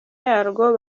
yarwo